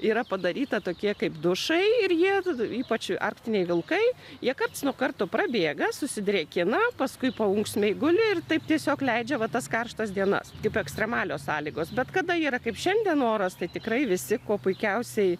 yra padaryta tokie kaip dušai ir jie ypač arktiniai vilkai jie karts nuo karto prabėga susidrėkina paskui paunksmėje guli ir taip tiesiog leidžia va tas karštas dienas kaip ekstremalios sąlygos bet kada yra kaip šiandien oras tai tikrai visi kuo puikiausiai